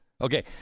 Okay